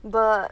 but